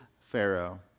Pharaoh